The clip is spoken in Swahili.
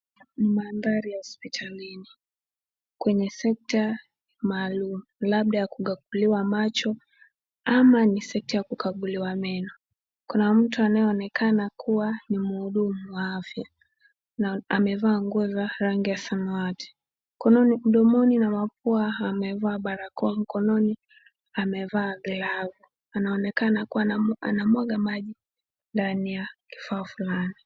Mandhari ya hospitalini, kwenye sekta maalum labda ya kukaguliwa macho, ama ni sekta ya kukaguliwa meno. Kuna mtu anayeonekana kuwa ni mhudumu wa afya. Na amevaa nguo za rangi ya samawati. Mkononi mdomoni na mapua amevaa barakoa, mkononi amevaa glavu. Anaonekana kuwa anamwaga maji ndani ya kifaa fulani.